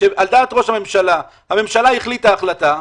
שעל דעת ראש הממשלה, הממשלה החליטה החלטה.